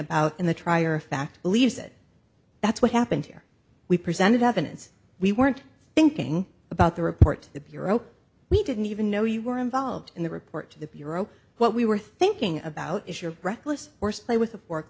about in the trier of fact believes that that's what happened here we presented evidence we weren't thinking about the report to the bureau we didn't even know you were involved in the report to the bureau what we were thinking about is your breathless horseplay with a